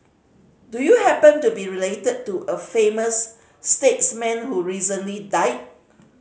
do you happen to be related to a famous statesman who recently died